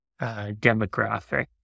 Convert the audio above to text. demographic